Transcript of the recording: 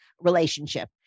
relationship